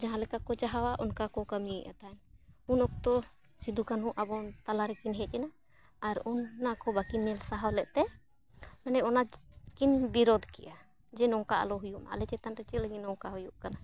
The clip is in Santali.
ᱡᱟᱦᱟᱸ ᱞᱮᱠᱟ ᱠᱚ ᱪᱟᱦᱟᱣᱟ ᱚᱱᱠᱟ ᱠᱚ ᱠᱟᱹᱢᱤᱭᱮᱫ ᱛᱟᱦᱮᱱ ᱩᱱ ᱚᱠᱛᱚ ᱥᱤᱫᱩ ᱠᱟᱱᱩ ᱟᱵᱚ ᱛᱟᱞᱟ ᱨᱮᱠᱤᱱ ᱦᱮᱡ ᱮᱱᱟ ᱟᱨ ᱚᱱᱟ ᱠᱚ ᱵᱟᱹᱠᱤᱱ ᱧᱮᱞ ᱥᱟᱦᱟᱣ ᱞᱮᱫ ᱛᱮ ᱢᱟᱱᱮ ᱚᱱᱟ ᱠᱤᱱ ᱵᱤᱨᱳᱫᱽ ᱠᱮᱜᱼᱟ ᱡᱮ ᱱᱚᱝᱠᱟ ᱟᱞᱚ ᱦᱩᱭᱩᱜ ᱟᱞᱮ ᱪᱮᱛᱟᱱ ᱨᱮ ᱪᱮᱫ ᱞᱟᱹᱜᱤᱫ ᱱᱚᱝᱠᱟ ᱦᱩᱭᱩᱜ ᱠᱟᱱᱟ